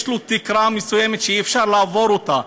יש לו תקרה מסוימת שאי-אפשר לעבור אותה,